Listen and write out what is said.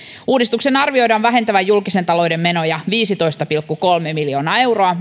uudistuksen arvioidaan vähentävän julkisen talouden menoja kuntien toiminnasta käytännössä viisitoista pilkku kolme miljoonaa euroa